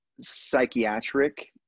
psychiatric